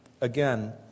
again